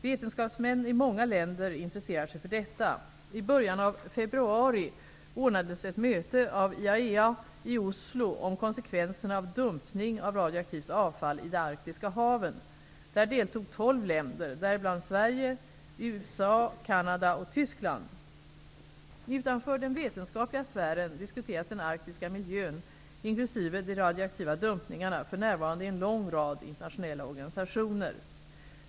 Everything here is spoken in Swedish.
Vetenskapsmän i många länder intresserar sig för detta. I början av februari ordnades ett möte av IAEA i Oslo om konsekvenserna av dumpning av radioaktivt avfall i de arktiska haven. Där deltog tolv länder, däribland Sverige, USA, Canada och Utanför den vetenskapliga sfären diskuteras den arktiska miljön, inkl. de radioaktiva dumpningarna, för närvarande i en lång rad internationella organisationer.